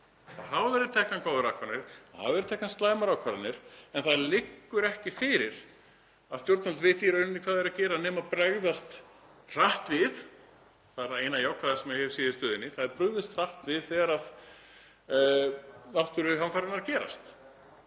Það hafa verið teknar góðar ákvarðanir, það hafa verið teknar slæmar ákvarðanir en það liggur ekki fyrir að stjórnvöld viti í rauninni hvað þau eru að gera nema að bregðast hratt við. Það er það eina jákvæða sem ég hef séð í stöðunni, það er brugðist hratt við þegar náttúruhamfarirnar verða.